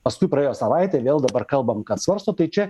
paskui praėjo savaitė ir vėl dabar kalbam kad svarsto tai čia